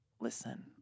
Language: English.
listen